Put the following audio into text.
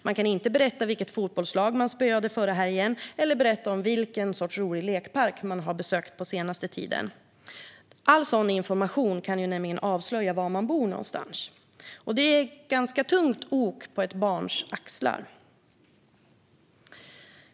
Man kan inte berätta om vilket fotbollslag man spöade förra helgen eller vilken sorts rolig lekpark man har besökt den senaste tiden. All sådan information kan nämligen avslöja var någonstans man bor. Det är ett ganska tungt ok på ett barns axlar.